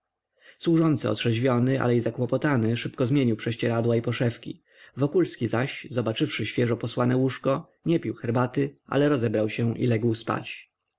podać samowar służący otrzeźwiony ale i zakłopotany szybko zmienił prześcieradła i poszewki wokulski zaś zobaczywszy świeżo posłane łóżko nie pił herbaty ale rozebrał się i legł spać